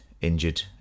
injured